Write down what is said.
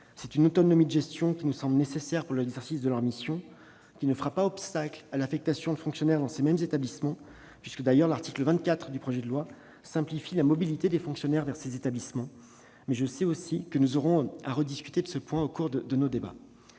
Cette autonomie de gestion, qui nous semble nécessaire à l'exercice de leurs missions, ne fera pas obstacle à l'affectation de fonctionnaires dans ces mêmes établissements. L'article 24 du projet de loi simplifie d'ailleurs la mobilité des fonctionnaires vers ces établissements. Je sais que nous aurons à rediscuter de ce point au cours de nos débats.